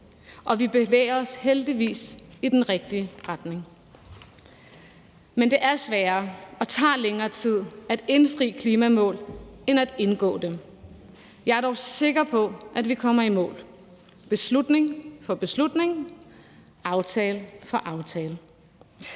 Og vi bevæger os heldigvis i den rigtige retning. Men det er sværere og tager længere tid at indfri klimamål end at indgå aftaler om dem. Jeg er dog sikker på, at vi kommer i mål beslutning for beslutning, aftale for aftale.